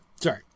sorry